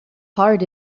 heart